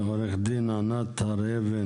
עו"ד ענת הר אבן,